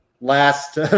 last